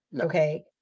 Okay